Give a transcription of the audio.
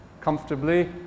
comfortably